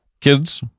kids